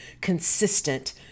consistent